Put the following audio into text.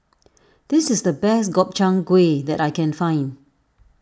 this is the best Gobchang Gui that I can find